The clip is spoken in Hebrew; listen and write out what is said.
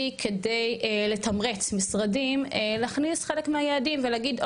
כדי לתמרץ משרדים להכניס חלק מהיעדים ולהגיד,